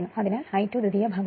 അതിനാൽ I2 ദ്വിതീയ ഭാഗത്താണ്